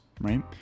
right